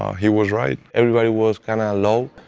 he was right. everybody was kinda low,